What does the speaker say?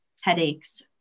headaches